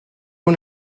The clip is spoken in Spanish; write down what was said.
una